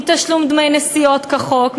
מתשלום דמי נסיעות כחוק,